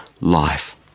life